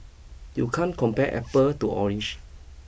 you can't compare apple to orange